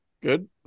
Good